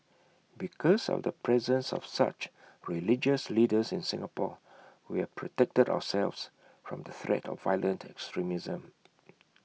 because of the presence of such religious leaders in Singapore we have protected ourselves from the threat of violent extremism